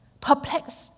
perplexed